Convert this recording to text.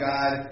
God